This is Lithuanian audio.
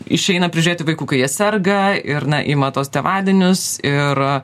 išeina prižiūrėti vaikų kai jie serga ir na ima tuos tėvadienius ir